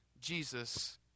Jesus